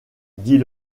dit